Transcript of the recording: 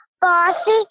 bossy